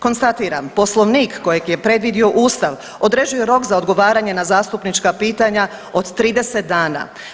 Konstatiram, Poslovnik kojeg je predvidio Ustav određuje rok za odgovaranje na zastupnička pitanja od 30 dana.